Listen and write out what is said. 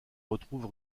retrouve